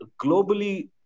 Globally